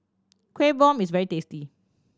Kueh Bom is very tasty